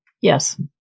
Yes